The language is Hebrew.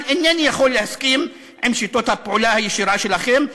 אבל אינני יכול להסכים עם שיטות הפעולה הישירה שלכם,